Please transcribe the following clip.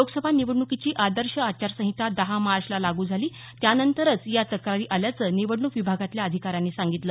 लोकसभा निवडण्कीची आदर्श आचारसंहिता दहा मार्चला लागू झाली त्यानंतरच या तक्रारी आल्याचं निवडणूक विभागातल्या अधिकाऱ्यांनी सांगितलं